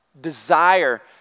desire